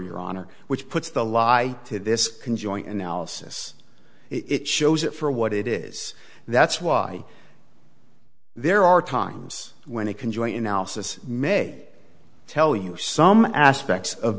your honor which puts the lie to this enjoy analysis it shows it for what it is that's why there are times when it can join in alice's may tell you some aspects of